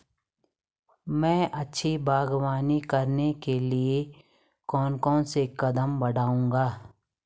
मैं अच्छी बागवानी करने के लिए कौन कौन से कदम बढ़ाऊंगा?